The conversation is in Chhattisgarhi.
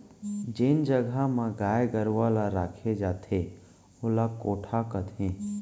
जेन जघा म गाय गरूवा ल रखे जाथे ओला कोठा कथें